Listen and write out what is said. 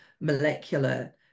molecular